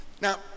Now